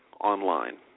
online